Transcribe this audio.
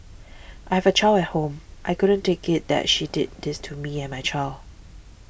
I have a child at home I couldn't take it that she did this to me and my child